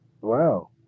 Wow